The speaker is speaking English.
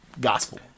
gospel